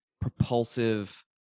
propulsive